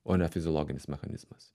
o ne fiziologinis mechanizmas